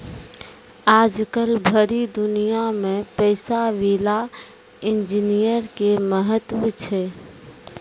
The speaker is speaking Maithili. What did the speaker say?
आजकल भरी दुनिया मे पैसा विला इन्जीनियर के महत्व छै